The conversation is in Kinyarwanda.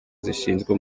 zishinzwe